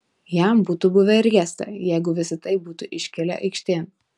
jam būtų buvę riesta jeigu visa tai būtų iškilę aikštėn